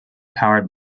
powered